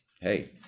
hey